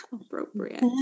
appropriate